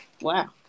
wow